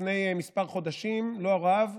לפני מספר חודשים לא רב,